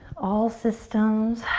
all systems.